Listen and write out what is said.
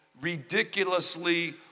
ridiculously